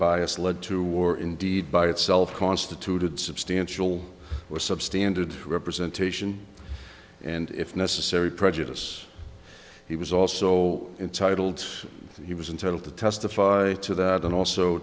bias led to war indeed by itself constituted substantial or substandard representation and if necessary prejudice he was also intitled he was in total to testify to that and also